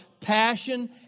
passion